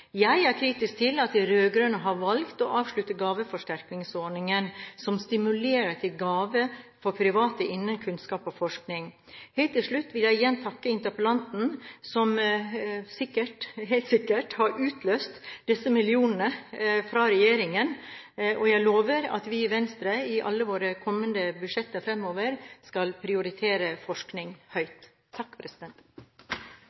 Jeg er kritisk til at de rød-grønne har valgt å avslutte gaveforsterkningsordningen som stimulerer til gaver fra private innen kunnskap og forskning. Helt til slutt vil jeg igjen takke interpellanten som helt sikkert har utløst disse millionene fra regjeringen. Jeg lover at vi i Venstre i alle våre budsjetter fremover skal prioritere forskning